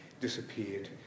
disappeared